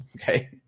okay